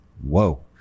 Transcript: whoa